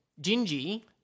Gingy